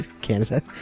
Canada